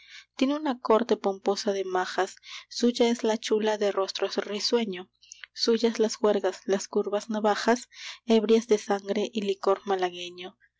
tiene una corte pomposa de majas suya es la chula de rostro risueño suyas las juergas las curvas navajas ebrias de sangre y licor malagueño